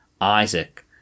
Isaac